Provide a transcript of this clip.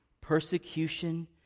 Persecution